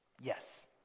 Yes